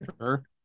sure